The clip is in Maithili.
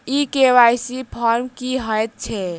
ई के.वाई.सी फॉर्म की हएत छै?